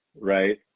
right